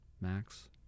max